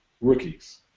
rookies